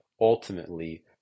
ultimately